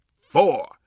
four